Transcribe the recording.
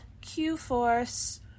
Q-Force